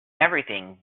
everything